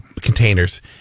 containers